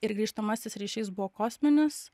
ir grįžtamasis ryšys buvo kosminis